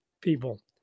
people